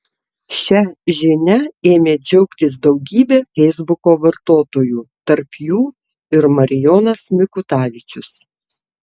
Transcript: šia žinia ėmė džiaugtis daugybė feisbuko vartotojų tarp jų ir marijonas mikutavičius